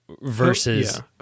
versus